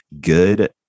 good